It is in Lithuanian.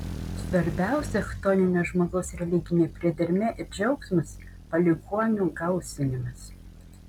svarbiausia chtoninio žmogaus religinė priedermė ir džiaugsmas palikuonių gausinimas